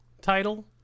title